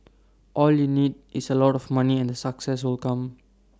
all you need is A lot of money and the success will come